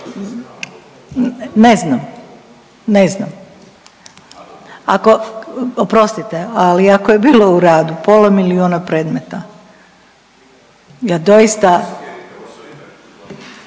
Ne znam, ne znam. Ako, oprostite, ali ako je bilo u radu pola milijuna predmeta, ja doista…/Upadica